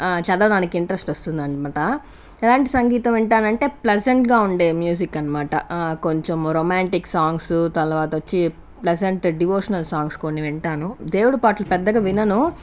చదవడానికి ఇంట్రెస్ట్ వస్తుంది అనమాట ఎలాంటి సంగీతం వింటాను అంటే ప్లెజెంట్గా ఉండే మ్యూజిక్ అనమాట కొంచెం రొమాంటిక్ సాంగ్స్ తర్వాత వచ్చి ప్లెజెంట్ డివోషనల్ సాంగ్స్ కొన్ని వింటాను దేవుడు పాటలు పెద్దగా వినను